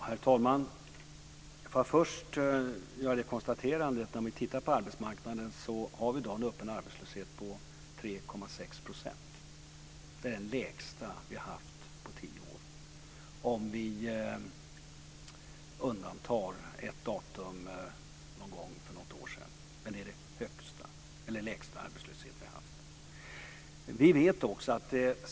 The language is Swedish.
Herr talman! Först vill jag konstatera att vi i dag har en öppen arbetslöshet på 3,6 %. Det är den lägsta vi har haft på tio år - om vi undantar ett datum för något år sedan. Detta är den lägsta arbetslöshet vi haft.